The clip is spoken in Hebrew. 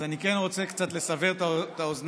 אז אני כן רוצה קצת לסבר את האוזניים,